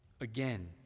again